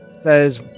says